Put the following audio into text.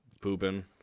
pooping